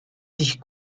sich